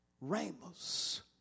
ramos